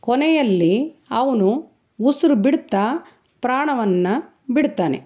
ಕೊನೆಯಲ್ಲಿ ಅವನು ಉಸಿರು ಬಿಡ್ತಾ ಪ್ರಾಣವನ್ನು ಬಿಡ್ತಾನೆ